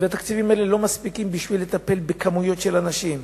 התקציבים האלה לא מספיקים לטפל במספר גדול של אנשים.